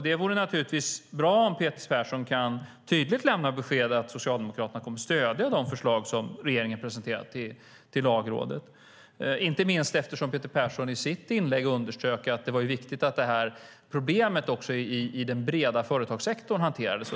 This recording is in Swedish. Det vore naturligtvis bra om Peter Persson tydligt kunde lämna besked om att Socialdemokraterna kommer att stödja de förslag som regeringen presenterat för Lagrådet, inte minst eftersom Peter Persson i sitt inlägg underströk att det var viktigt att det här problemet, också i den breda företagssektorn, hanterades.